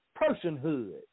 personhood